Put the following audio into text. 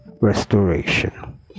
restoration